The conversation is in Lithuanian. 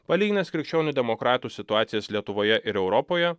palyginęs krikščionių demokratų situacijas lietuvoje ir europoje